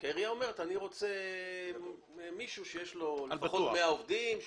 כי העירייה אומרת: אני רוצה מישהו שיש לו לפחות 100 עובדים,